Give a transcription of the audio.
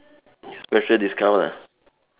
you have special discount ah